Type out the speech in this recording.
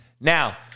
Now